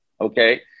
okay